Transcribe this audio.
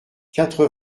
quatre